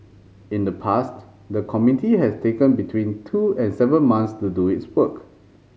in the past the committee has taken between two and seven months to do its work